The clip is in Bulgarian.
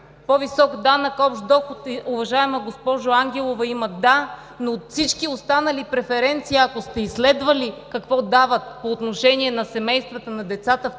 по-висок данък общ доход, уважаема госпожо Ангелова, да, но всички останали преференции, ако сте изследвали какво дават по отношение на семействата с деца в тези държави,